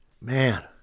Man